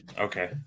Okay